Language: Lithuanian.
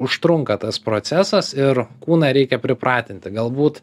užtrunka tas procesas ir kūną reikia pripratinti galbūt